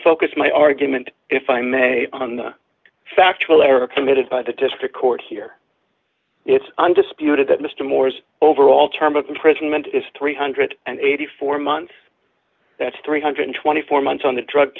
focus my argument if i may on the factual error committed by the district court here it's undisputed that mr moore's overall term of imprisonment is three hundred and eighty four months that's three hundred and twenty four months on the drug